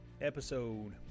episode